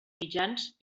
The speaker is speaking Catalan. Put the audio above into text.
mitjans